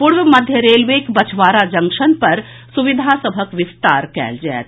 पूर्व मध्य रेलवेक बछवाड़ा जंक्शन पर सुविधा सभक विस्तार कयल जायत